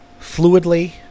fluidly